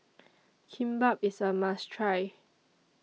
Kimbap IS A must Try